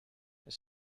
that